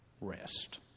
rest